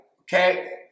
okay